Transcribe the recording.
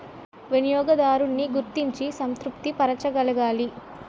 వినియోగదారున్ని గుర్తించి సంతృప్తి పరచగలగాలి